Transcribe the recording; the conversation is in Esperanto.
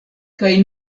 kaj